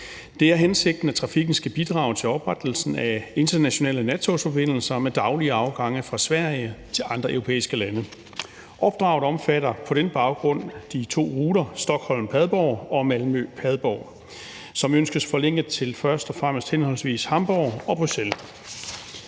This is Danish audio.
Det er hensigten, at trafikken skal bidrage til oprettelsen af internationale nattogsforbindelser med daglige afgange fra Sverige til andre europæiske lande. Opdraget omfatter på den baggrund de to ruter Stockholm-Padborg og Malmø-Padborg, som ønskes forlænget til først og fremmest henholdsvis Hamborg og Bruxelles.